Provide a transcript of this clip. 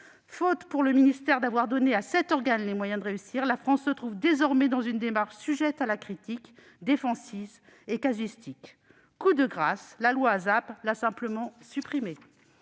Faute pour le ministère d'avoir donné à cet organe les moyens de réussir, la France se trouve désormais dans une démarche sujette à la critique, défensive et casuistique. Coup de grâce, la loi d'accélération